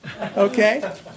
Okay